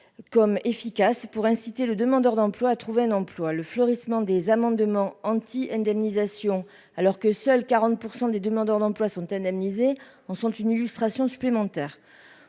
comme efficace pour inciter le demandeur d'emploi à trouver un emploi, le fleurissement des amendements anti-indemnisation alors que seuls 40 % des demandeurs d'emploi sont indemnisées en sont une illustration supplémentaire,